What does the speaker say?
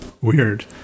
weird